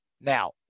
Now